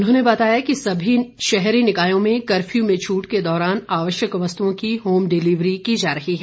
उन्होंने बताया कि सभी शहरी निकायों मे कर्फ्यू में छूट के दौरान आवश्यक वस्तुओं की होम डिलीवरी की जा रही है